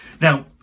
Now